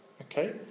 okay